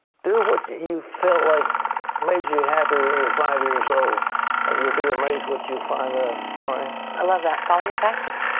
do what you you feel like made you happy when you were five years old and you will be mazed what you find ah out. i love that. follow your passions.